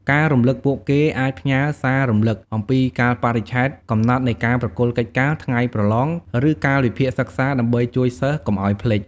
ការរំលឹកពួកគេអាចផ្ញើរ សាររំលឹក អំពីកាលបរិច្ឆេទកំណត់នៃការប្រគល់កិច្ចការ ថ្ងៃប្រឡង ឬកាលវិភាគសិក្សា ដើម្បីជួយសិស្សកុំឲ្យភ្លេច។